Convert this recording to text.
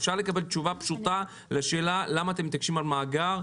אפשר לקבל תשובה פשוטה לשאלה למה אתם מתעקשים על מאגר,